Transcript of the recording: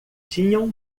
tinham